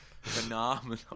phenomenal